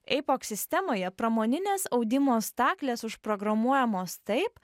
eipok sistemoje pramoninės audimo staklės užprogramuojamos taip